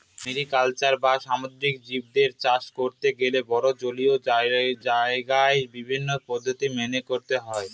mariculture বা সামুদ্রিক জীবদের চাষ করতে গেলে বড়ো জলীয় জায়গায় বিভিন্ন পদ্ধতি মেনে করতে হয়